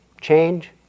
change